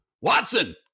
Watson